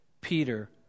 Peter